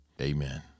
Amen